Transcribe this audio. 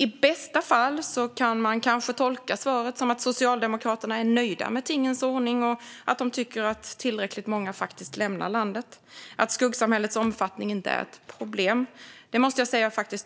I bästa fall kan man kanske tolka svaret som att Socialdemokraterna är nöjda med tingens ordning, att de tycker att tillräckligt många lämnar landet och att skuggsamhällets omfattning inte är ett problem. Det